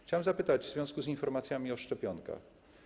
Chciałbym zadać pytanie w związku z informacjami o szczepionkach.